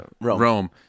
Rome